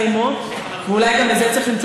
ואם יש לך רעיונות,